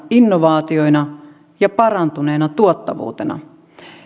innovaatioina ja parantuneena tuottavuutena